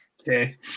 Okay